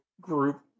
group